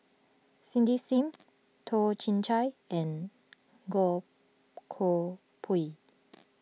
Cindy Sim Toh Chin Chye and Goh Koh Pui